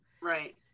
Right